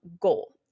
goal